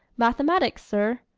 mathematics sir.